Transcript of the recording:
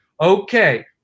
okay